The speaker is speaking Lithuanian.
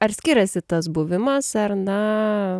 ar skiriasi tas buvimas ar na